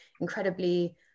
incredibly